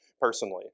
personally